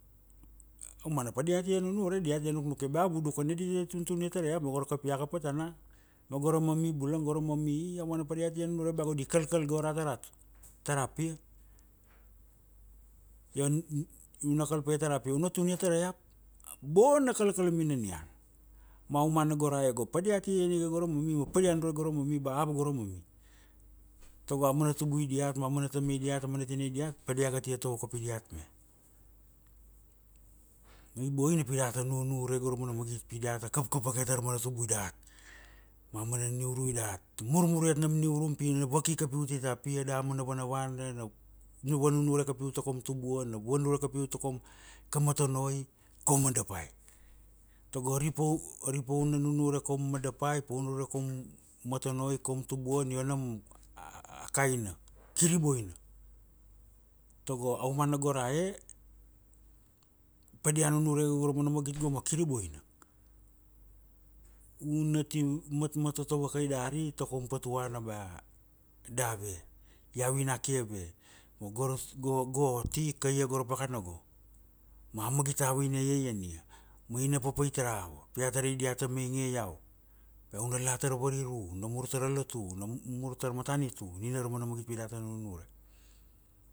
Aumana pa diate nunure .Dia te nukia ba vudu ka na di tuntun ia tara iap. Ma go ra kapiaka patana. Ma gora mami bulang, go ra mami aumana pa diata nunure ba go di kalkal go araga ra, tara pia. Io una kal paia tara pia una tunia iap. Bona kalkalami na nian. Ma aumana go ra e padiate ian ika go ra mami ma padia nunure go ra mami ba ava go ra mami. Tago aumana tubui diat ma aumana tamai diat amana tinai diat pa dia ga te tovo kapi diat me. Ma i boina pi datat nunure go ra mana magit pi diata kapkap vake taramana tubui dat. Ma mana niurui dat. Una murmur iat nam niurum pi na vaki kapiu tai ta pia damana vanavana, na vanunure kapiu ta kaum tubuan, na value kapiu ta koum ika motonoi, kaum madapai, Tago ari pau, ari pau na nunure kaum madapai, pau nunure kaum motonoi kaum tubuan io nam a kaina. Kiri boina. Tago aumana go ra e, padia nunure ge go ra mana magit go ma kiri boina. Una ti matmatoto vakai dari pi takaum patuana, bea, dave, iau ina ki ave. Ma go ra, go go ati, kaia go ra pakana go. Ma magit ava ina iaian ia. Ma ina papait ra ava. Pi a tarai diata mainge iau. Iau una la tara variru. Una mur tara latu, una mur tara matanitu. Nina ra mana magit pi data nunure.